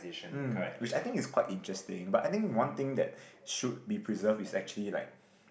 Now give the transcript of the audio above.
um which I think is quite interesting but I think one thing that should be preserved is actually like